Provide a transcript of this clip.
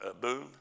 Boom